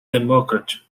democrat